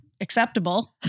acceptable